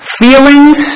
feelings